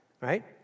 right